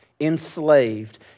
enslaved